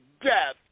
death